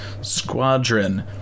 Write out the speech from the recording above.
squadron